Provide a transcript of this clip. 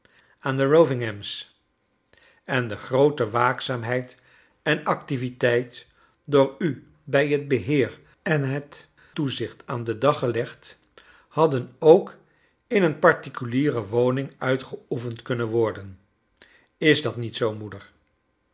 aan de kovingham's en de groote waakzaamheid en activiteit door u bij het beheer en het toezicht aan den dog gelegd hadden ook in een particuliere woning uitgeoefend kunnen worden is dat niet zoo moeder